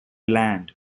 land